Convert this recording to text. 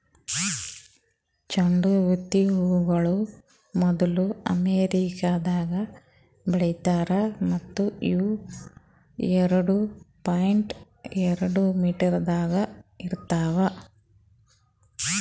ಚಂಡು ಬುತ್ತಿ ಹೂಗೊಳ್ ಮೊದ್ಲು ಅಮೆರಿಕದಾಗ್ ಬೆಳಿತಾರ್ ಮತ್ತ ಇವು ಎರಡು ಪಾಯಿಂಟ್ ಎರಡು ಮೀಟರದಾಗ್ ಇರ್ತಾವ್